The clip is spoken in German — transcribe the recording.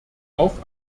auf